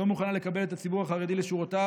לא מוכנה לקבל את הציבור החרדי לשורותיה